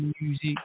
music